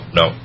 no